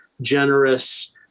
generous